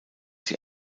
sie